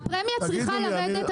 הפרמיה צריכה לרדת,